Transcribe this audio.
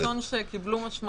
אלה מטבעות לשון שקיבלו משמעות.